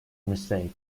mistake